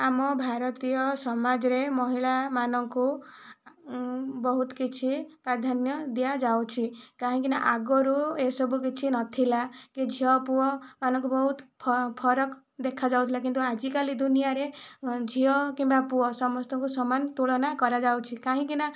ଆମ ଭାରତୀୟ ସମାଜରେ ମହିଳାମାନଙ୍କୁ ବହୁତ କିଛି ପ୍ରାଧାନ୍ୟ ଦିଆଯାଉଛି କାହିଁକି ନା ଆଗରୁ ଏ ସବୁ କିଛି ନଥିଲା କି ଝିଅ ପୁଅ ମାନଙ୍କୁ ବହୁତ ଫରକ ଦେଖାଯାଉଥିଲା କିନ୍ତୁ ଆଜିକାଲି ଦୁନିଆଁରେ ଝିଅ କିମ୍ବା ପୁଅ ସମସ୍ତଙ୍କୁ ସମାନ ତୁଳନା କରାଯାଉଛି କାହିଁକି ନା